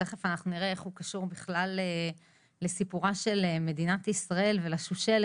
שתיכף אנחנו נראה איך הוא קשור לסיפורה של מדינת ישראל ולשושלת.